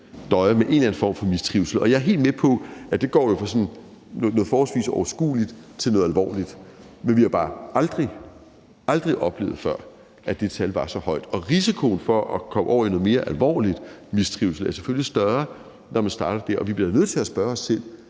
døjer med en eller anden form for mistrivsel. Og jeg er helt med på, at det går fra noget forholdsvis overskueligt til noget alvorligt, men vi har bare aldrig oplevet før, at det tal var så højt. Risikoen for at komme over i noget mere alvorlig mistrivsel er selvfølgelig større, når man starter der, og vi bliver da nødt til at spørge os selv